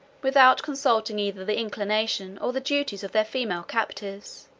without consulting either the inclination or the duties of their female captives